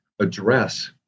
address